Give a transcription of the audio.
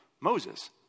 Moses